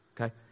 Okay